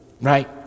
right